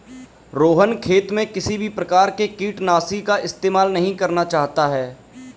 रोहण खेत में किसी भी प्रकार के कीटनाशी का इस्तेमाल नहीं करना चाहता है